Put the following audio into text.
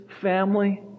family